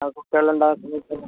അത് കുട്ടികൾ ഉണ്ടാവും